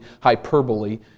hyperbole